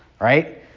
right